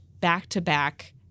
back-to-back